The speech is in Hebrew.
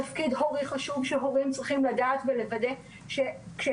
תפקיד הורי חשוב שההורים צריכים לדעת ולוודא שכשהם